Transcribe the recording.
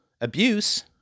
abuse